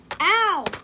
Ow